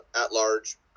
at-large